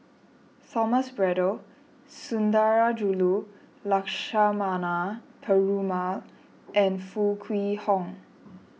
Thomas Braddell Sundarajulu Lakshmana Perumal and Foo Kwee Horng